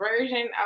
version